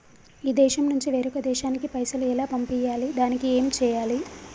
ఈ దేశం నుంచి వేరొక దేశానికి పైసలు ఎలా పంపియ్యాలి? దానికి ఏం చేయాలి?